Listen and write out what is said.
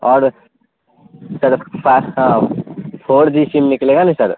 اور سر four G sim نکلے گا نا سر